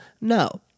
No